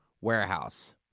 warehouse